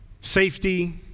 safety